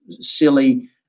silly